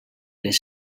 les